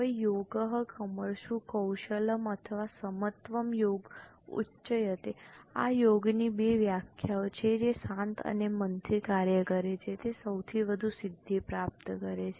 હવે યોગઃ કર્મશુ કૌશલમ અથવા સમત્વમ યોગ ઉચ્યતે આ યોગની બે વ્યાખ્યાઓ છે કે જે શાંત અને મનથી કાર્ય કરે છે તે સૌથી વધુ સિદ્ધિ પ્રાપ્ત કરે છે